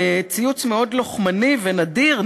ציוץ מאוד לוחמני ונדיר,